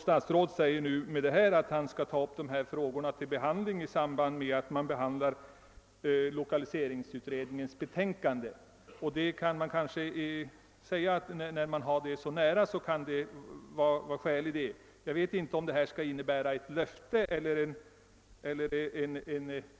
Statsrådet säger nu att han skall ta upp dessa frågor till behandling i samband med behandlingen av lokaliseringsutredningens betänkande. Kanhända kan man säga att när detta betänkande ligger så: nära i tiden kan det kanske vara riktigt att vänta. Jag vet inte om statsrådets ut talande innebär ett löfte eller